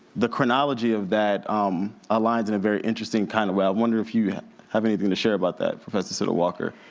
the chronology of that um aligns in a very interesting kind of way. i wonder if you have anything to share about that, professor siddle walker.